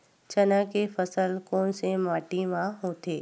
चना के फसल कोन से माटी मा होथे?